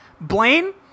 Blaine